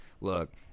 Look